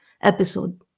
episode